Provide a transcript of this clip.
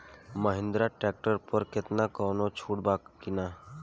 Mahindra tractor पर केतना कौनो छूट बा कि ना?